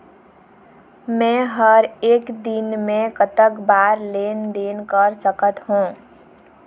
मे हर एक दिन मे कतक बार लेन देन कर सकत हों?